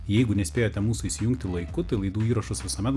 jeigu nespėjote mūsų įsijungti laiku tai laidų įrašus visuomet